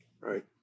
Right